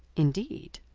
indeed!